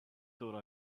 thought